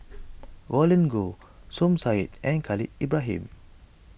Roland Goh Som Said and Khalil Ibrahim